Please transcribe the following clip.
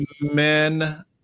men